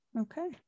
Okay